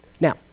Now